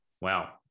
Wow